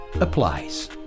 applies